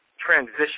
Transition